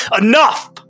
Enough